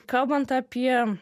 kalbant apie